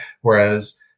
Whereas